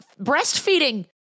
breastfeeding